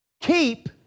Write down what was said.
keep